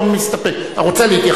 כן.